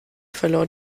verlor